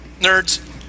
Nerds